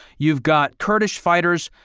you've got kurdish fighters,